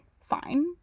fine